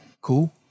Cool